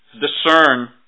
discern